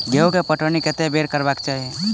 गेंहूँ केँ पटौनी कत्ते बेर करबाक चाहि?